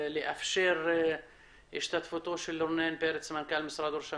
לאפשר השתתפותו של מנכ"ל משרד ראש הממשלה,